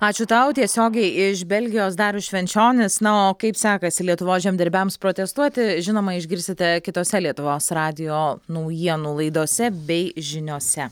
ačiū tau tiesiogiai iš belgijos darius švenčionis na o kaip sekasi lietuvos žemdirbiams protestuoti žinoma išgirsite kitose lietuvos radijo naujienų laidose bei žiniose